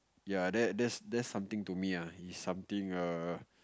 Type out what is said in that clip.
ya that that's that's something to me ah it's something err